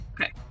Okay